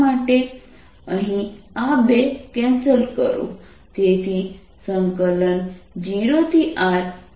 અહીં આ 2 કેન્સલ કરો